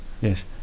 yes